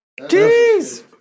Jeez